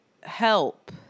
help